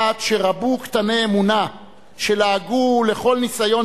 עד שרבו קטני האמונה שלעגו לכל ניסיון